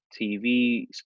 TV